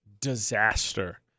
disaster